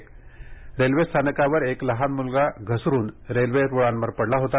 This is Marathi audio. या रेल्वेस्थानकावर एक लहान मुलगा घसरून रेल्वे रुळावर पडला होता